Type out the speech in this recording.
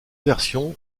versions